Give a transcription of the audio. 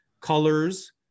colors